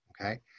okay